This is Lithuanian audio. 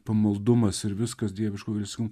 pamaldumas ir viskas dieviško gailestingumo